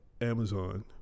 Amazon